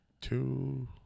Two